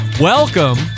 Welcome